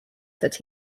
that